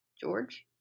George